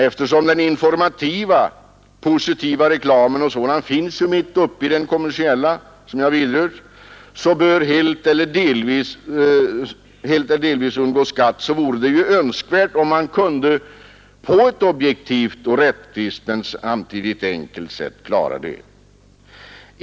Eftersom den informativa positiva reklamen — och sådan finns som jag nämnt mitt uppe i den kommersiella — bör helt eller delvis undgå skatt, vore det ju önskvärt om man på ett objektivt och rättvist men samtidigt enkelt sätt kunde klara detta.